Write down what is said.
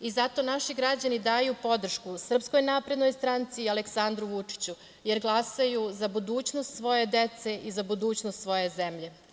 I zato naši građani daju podršku SNS i Aleksandru Vučiću, jer glasaju za budućnost svoje dece i za budućnost svoje zemlje.